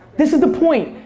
this is the point.